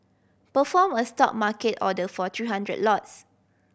perform a stop market order for three hundred lots